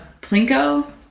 plinko